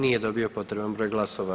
Nije dobio potreban broj glasova.